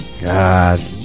God